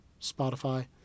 Spotify